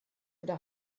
oder